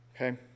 okay